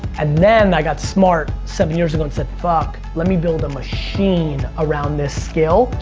and then i got smart seven years ago and said fuck, let me build a machine around this skill.